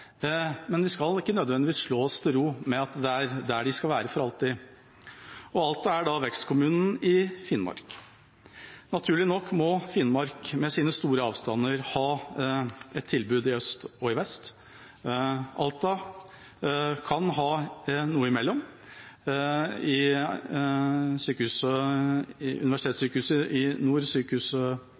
men vi skal ikke nødvendigvis slå oss til ro med at det er slik den skal være for alltid. Alta er vekstkommunen i Finnmark. Naturlig nok må Finnmark, med sine store avstander, ha et tilbud i både øst og vest. Alta kan ha noe midt imellom. Helse Nord har lansert begrepet nærsykehus. Det vil ikke passe inn i